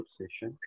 session